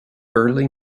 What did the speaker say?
early